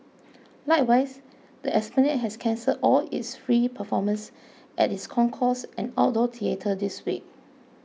likewise the Esplanade has cancelled all its free performances at its concourse and outdoor theatre this week